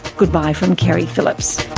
goodbye from keri phillips